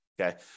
Okay